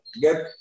get